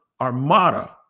Armada